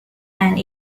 and